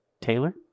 Taylor